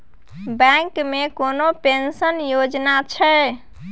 Bank मे कोनो pension योजना छै?